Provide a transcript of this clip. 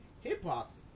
Hip-hop